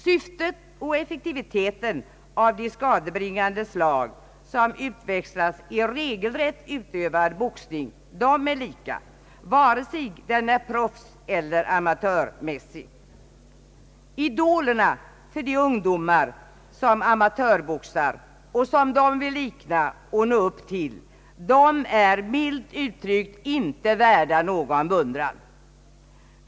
Syftet med och effektiviteten av de skadebringande slag som utväxlas i regelrätt utövad boxning är lika, vare sig boxningen är proffseller amatörmässig. Idolerna för de amatörboxande ungdomarna, som de vill likna och nå upp till, är milt uttryckt inte värda någon beundran.